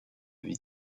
vie